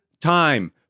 time